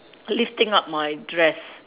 lifting up my dress